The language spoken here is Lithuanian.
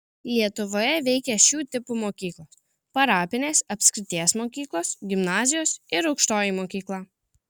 lietuvoje veikė šių tipų mokyklos parapinės apskrities mokyklos gimnazijos ir aukštoji mokykla